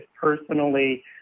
personally